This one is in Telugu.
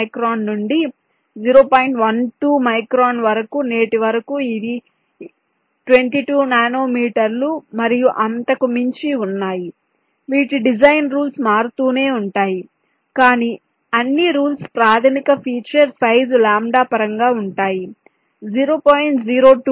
12 మైక్రాన్ వరకు నేటి వరకు ఇది 22 నానో మీటర్లు మరియు అంతకు మించి వున్నాయి వీటి డిజైన్ రూల్స్ మారుతూనే ఉంటాయి కాని అన్ని రూల్స్ ప్రాథమిక ఫీచర్ సైజు లాంబ్డా పరంగా ఉంటాయి 0